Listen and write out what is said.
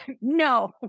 No